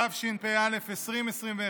התשפ"א 2021,